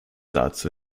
dazu